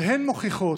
והן מוכיחות,